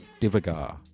Divagar